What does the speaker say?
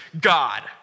God